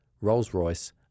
Rolls-Royce